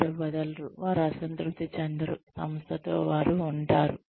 వారు వదలరు వారు అసంతృప్తి చెందరు సంస్థతో వారు ఉంటారు